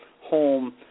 home